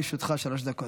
בבקשה, לרשותך שלוש דקות.